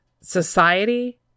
society